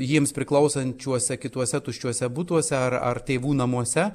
jiems priklausančiuose kituose tuščiuose butuose ar ar tėvų namuose